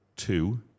two